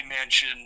Mansion